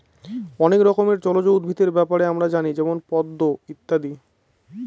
অনেক রকমের জলজ উদ্ভিদের ব্যাপারে আমরা জানি যেমন পদ্ম ইত্যাদি